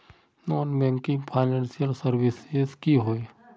Non banking financial services की होय?